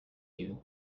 you